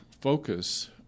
focus